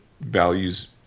values